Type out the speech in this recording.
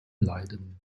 leiden